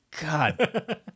god